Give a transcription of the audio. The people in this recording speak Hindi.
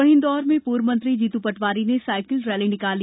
वहीं इंदौर में पूर्व मंत्री जीतू पटवारी ने साइकिल रैली निकाली